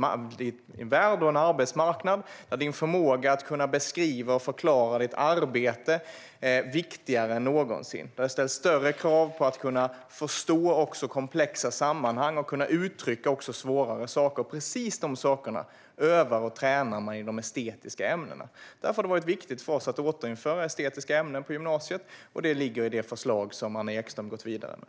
manlig värld och arbetsmarknad där din förmåga att beskriva och förklara ditt arbete är viktigare än någonsin. Det ställs större krav på att förstå också komplexa sammanhang och uttrycka svårare saker. Det är precis de sakerna man övar och tränar i de estetiska ämnena. Därför har det varit viktigt för oss att återinföra estetiska ämnen på gymnasiet, och det ligger i det förslag som Anna Ekström har gått vidare med.